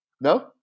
No